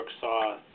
saw